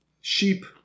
sheep